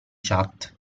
chat